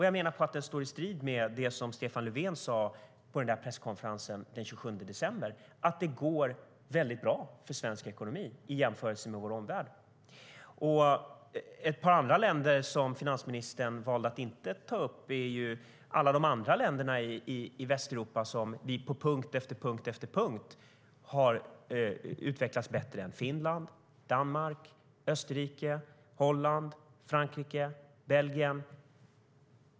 Jag menar att den står i strid med det som Stefan Löfven sa på presskonferensen den 27 december, nämligen att det går väldigt bra för svensk ekonomi i jämförelse med vår omvärld. Finansministern valde att inte ta upp alla andra länder i Västeuropa som vi har utvecklats bättre än på punkt efter punkt: Finland, Danmark, Österrike, Holland, Frankrike och Belgien.